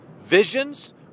visions